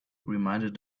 reminded